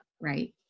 right